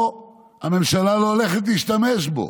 פה הממשלה לא הולכת להשתמש בו.